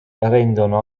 rendono